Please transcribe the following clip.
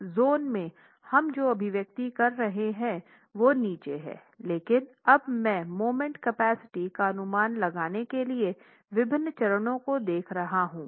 और इस ज़ोन में हम जो अभिव्यक्ति कर रहे हैं वह नीचे हैं लेकिन अब मैं मोमेंट कैपेसिटी का अनुमान लगाने के लिए विभिन्न चरणों को देख रहा हूं